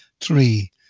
three